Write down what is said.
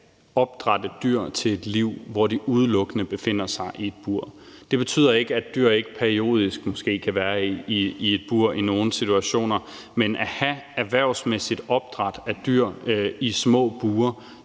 skal opdrætte dyr til et liv, hvor de udelukkende befinder sig i et bur. Det betyder ikke, at dyr ikke periodisk måske kan være i et bur i nogle situationer. Men at have erhvervsmæssigt opdræt af dyr i små bure